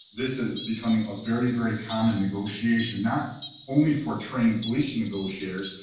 this is becoming a very, very common negotiation, not only for trained police negotiators,